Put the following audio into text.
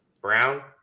Brown